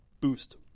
Boost